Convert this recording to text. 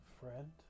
friend